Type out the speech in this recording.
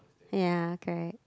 ya correct